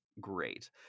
great